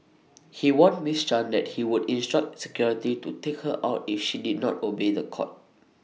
he warned miss chan that he would instruct security to take her out if she did not obey The Court